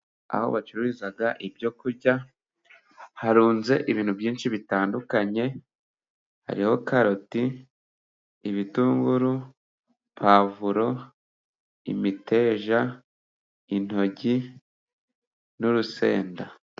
Aho bacururiza ibyo kurya harunze ibintu byinshi bitandukanye, hariho: karoti, ibitunguru, pavuro, imiteja intoryi, n'urusenda.